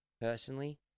personally